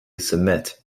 submit